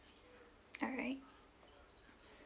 alright